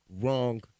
wrong